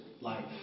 life